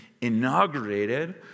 inaugurated